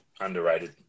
underrated